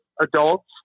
adults